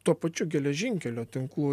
tuo pačiu geležinkelio tinklu